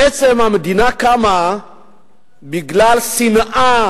בעצם, המדינה קמה בגלל שנאה